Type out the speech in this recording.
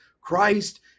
Christ